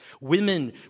women